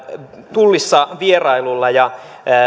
tullissa vierailulla